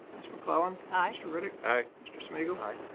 ms. mcclellan. aye. mr. riddick. aye. mr. smigiel. aye.